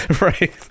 right